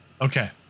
Okay